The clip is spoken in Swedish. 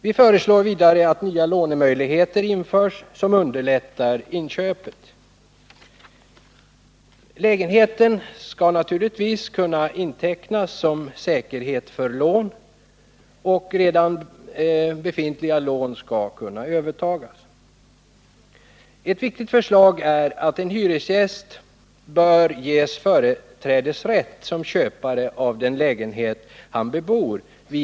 Vi föreslår vidare att nya lånemöjligheter införs, som underlättar inköpet. Lägenheten skall naturligtvis kunna intecknas såsom säkerhet för lån. Redan befintliga lån skall kunna övertas. Ett viktigt förslag är att en hyresgäst vid en eventuell försäljning bör ges företrädesrätt såsom köpare av den lägenhet han bebor.